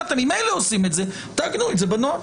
אם אתם ממילא עושים את זה, תעגנו את זה בנוהל.